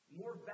more